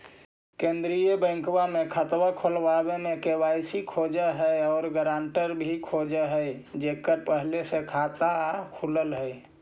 केंद्रीय बैंकवा मे खतवा खोलावे मे के.वाई.सी खोज है और ग्रांटर भी खोज है जेकर पहले से खाता खुलल है?